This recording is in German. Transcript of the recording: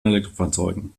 elektrofahrzeugen